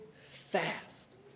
fast